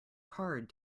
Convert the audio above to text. card